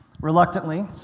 reluctantly